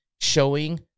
Showing